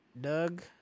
Doug